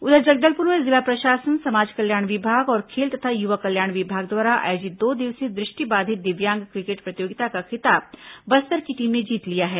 उधर जगदलपुर में जिला प्रशासन समाज कल्याण विभाग और खेल तथा युवा कल्याण विभाग द्वारा आयोजित दो दिवसीय दृष्टिबाधित दिव्यांग क्रिकेट प्रतियोगिता का खिताब बस्तर की टीम ने जीत लिया है